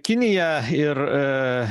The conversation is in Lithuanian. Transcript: kinija ir